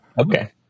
Okay